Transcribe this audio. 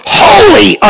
holy